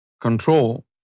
control